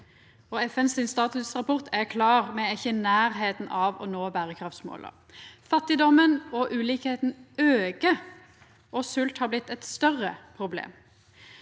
FNs statusrapport er klar: Me er ikkje i nærleiken av å nå berekraftsmåla. Fattigdommen og ulikskapen aukar, og svolt har blitt eit større problem.